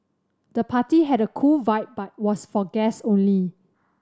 the party had a cool vibe but was for guest only